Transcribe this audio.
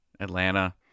Atlanta